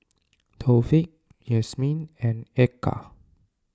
Taufik Yasmin and Eka